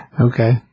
Okay